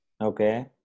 okay